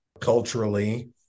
culturally